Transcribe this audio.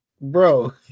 bro